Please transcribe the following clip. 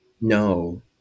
no